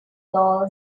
goal